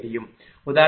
உதாரணமாக α1